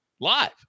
live